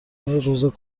روز